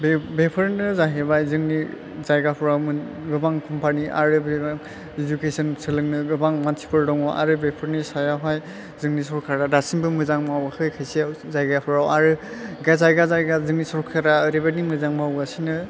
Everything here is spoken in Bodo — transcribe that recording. बेफोरनो जाहैबाय जोंनि जायगाफ्राव गोबां खम्फानि आरो इदुखेसन सोलोंनो गोबां मानसिफोर दङ आरो बेफोरनि सायावहाय जोंनि सरखारा दासिमबो मोजां मावाखै खायसेयाव जायगाफ्राव आरो जायगा जायगा जोंनि सरखारा ओरैबादि मोजां मावगासिनो